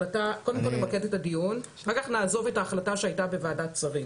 קודם נמקד את הדיון ואחר כך נעזוב את ההחלטה שהייתה בוועדת שרים.